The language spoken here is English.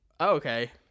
okay